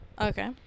Okay